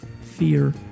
fear